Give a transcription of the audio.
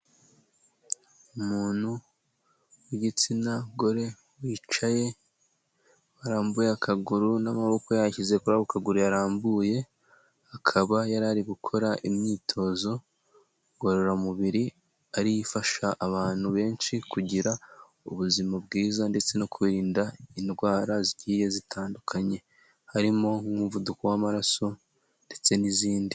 Umuntu w'igitsina gore wicaye warambuye akaguru n'amaboko yayashyize kuri ako kaguru yarambuye, akaba yarari gukora imyitozo ngororamubiri ariyo ifasha abantu benshi kugira ubuzima bwiza ndetse no kwirinda indwara zigiye zitandukanye, harimo nk'umuvuduko w'amaraso ndetse n'izindi.